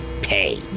pay